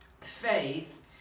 Faith